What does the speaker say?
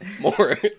more